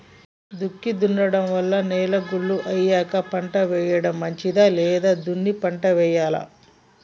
దుక్కి దున్నడం వల్ల నేల గుల్ల అయ్యాక పంట వేయడం మంచిదా లేదా దున్ని పంట వెయ్యాలా?